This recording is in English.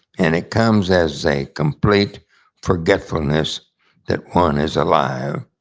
and it comes as a complete forgetfulness that one is alive.